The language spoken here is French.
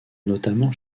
notamment